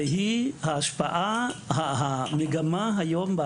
והיא המגמה היום,